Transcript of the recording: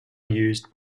used